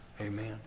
Amen